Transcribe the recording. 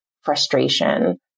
frustration